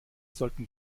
sollten